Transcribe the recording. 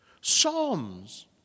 Psalms